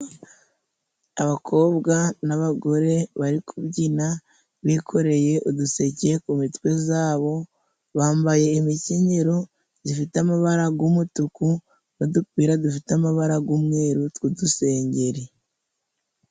Abakobwa n'abagore bari kubyina bikoreye uduseke ku mitwe zabo, bambaye imikenyero zifite amabara g'umutuku n'udupira dufite amabara g'umweru tw'udusengeri.